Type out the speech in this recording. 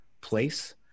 place